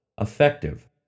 effective